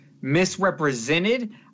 misrepresented